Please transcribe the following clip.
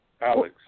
Alex